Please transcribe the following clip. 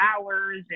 hours